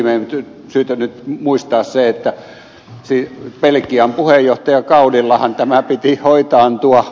on syytä nyt muistaa se että belgian puheenjohtajakaudellahan tämä piti hoitaantua